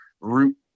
root